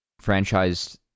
franchise